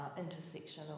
intersectional